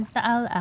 Taal